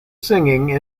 singing